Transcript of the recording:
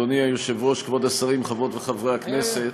כבוד השרים, חברות וחברי הכנסת,